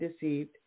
deceived